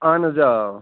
اَہن حظ آ